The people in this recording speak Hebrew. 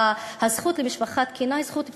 הזכות למשפחה תקינה היא זכות בסיסית.